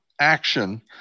action